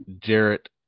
Jarrett